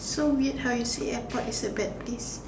so weird how you say airport is a bad place